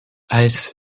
eyes